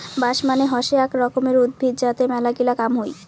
বাঁশ মানে হসে আক রকমের উদ্ভিদ যাতে মেলাগিলা কাম হই